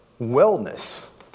wellness